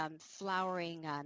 flowering